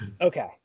okay